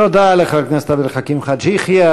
תודה לחבר הכנסת עבד אל חכים חאג' יחיא.